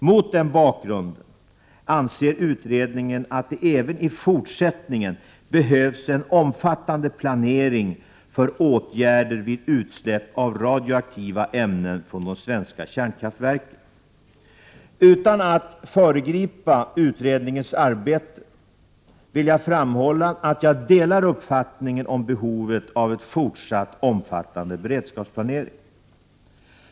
Mot den bakgrunden anser utredningen att det äveni fortsättningen behövs en omfattande planering för åtgärder vid utsläpp av radioaktiva ämnen från de svenska kärnkraftverken. Utan att föregripa utredningens vidare arbete vill jag framhålla att jag delar uppfattningen om behovet av en fortsatt omfattande beredskapsplanering.